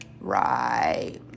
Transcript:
Right